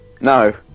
No